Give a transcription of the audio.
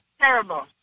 terrible